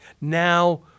Now